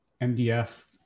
MDF